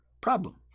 problem